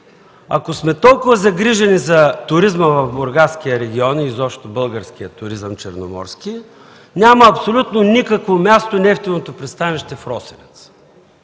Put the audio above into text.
Ако сме толкова загрижени за туризма в Бургаския регион и изобщо за българския черноморски туризъм, няма абсолютно никакво място нефтеното пристанище в Росенец.